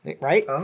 right